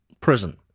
prison